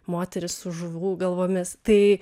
moterys su žuvų galvomis tai